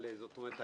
זאת אומרת,